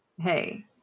hey